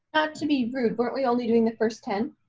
to be rude, weren't we only doing the first ten?